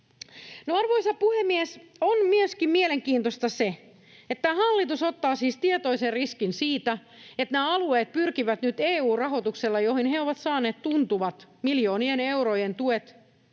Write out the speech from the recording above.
Arvoisa puhemies! On myöskin mielenkiintoista se, että tämä hallitus ottaa siis tietoisen riskin siitä, että nämä alueet pyrkivät nyt EU-rahoituksella, johon he ovat saaneet tuntuvat miljoonien eurojen tuet,